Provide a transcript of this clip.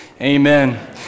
amen